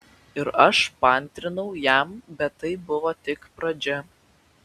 ir aš paantrinau jam bet tai buvo tik pradžia